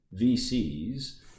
VCs